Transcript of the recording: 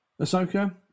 Ahsoka